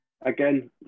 Again